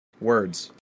Words